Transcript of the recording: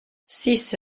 six